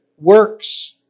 works